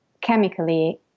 chemically